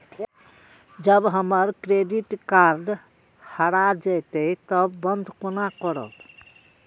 जब हमर credit card हरा जयते तब बंद केना करब?